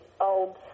old